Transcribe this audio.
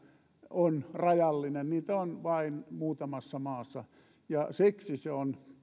on rajallinen niitä on vain muutamassa maassa niin siksi se on